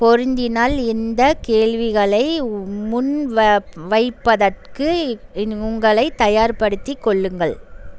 பொருந்தினால் இந்தக் கேள்விகளை முன்வைப்பதற்கு உங்களைத் தயார்படுத்திக் கொள்ளுங்கள்